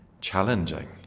challenging